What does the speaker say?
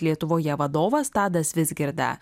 lietuvoje vadovas tadas vizgirda